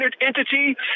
entity